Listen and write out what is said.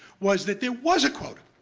was that there was a quota.